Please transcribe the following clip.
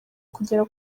kugera